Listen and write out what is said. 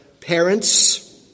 parents